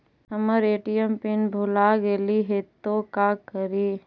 हमर ATM pin भूला गेली हे, तो का करि?